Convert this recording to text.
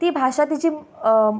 ती भाशा तेची